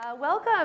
Welcome